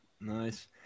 nice